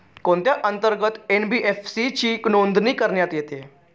कोणत्या अंतर्गत एन.बी.एफ.सी ची नोंदणी करण्यात येते?